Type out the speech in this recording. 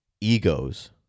egos